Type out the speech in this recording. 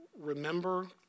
remember